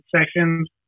sections